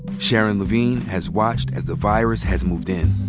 sharon lavigne has watched as the virus has moved in.